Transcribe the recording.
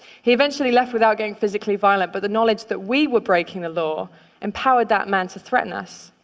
he eventually left without getting physically violent, but the knowledge that we were breaking the law empowered that man to threaten us.